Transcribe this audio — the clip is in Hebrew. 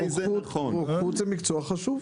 רוקחות זה מקצוע חשוב.